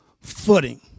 footing